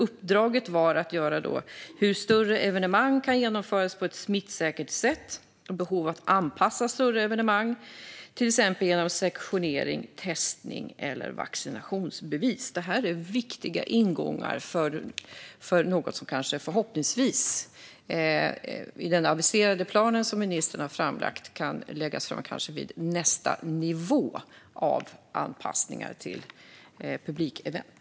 Uppdraget gällde hur större evenemang kan genomföras på ett smittsäkert sätt och behovet av att anpassa större evenemang, till exempel genom sektionering, testning eller vaccinationsbevis. Det här är viktiga ingångar, och förhoppningsvis kan detta komma som nästa nivå av anpassningar av publikevent i den plan som ministern har aviserat.